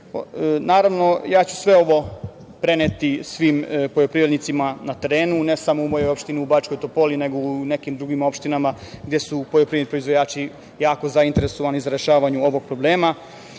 ja ću sve ovo preneti svim poljoprivrednicima na terenu, ne samo u mojoj opštini u Bačkoj Topoli, nego u nekim drugim opštinama gde su poljoprivredni proizvođači jako zainteresovani za rešavanje ovog problema. Hvala